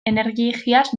energiaz